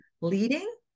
leading